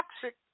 toxic